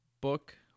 book